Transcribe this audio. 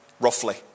roughly